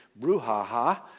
brouhaha